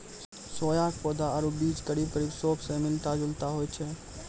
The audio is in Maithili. सोया के पौधा आरो बीज करीब करीब सौंफ स मिलता जुलता होय छै